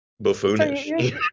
buffoonish